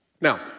Now